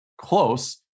close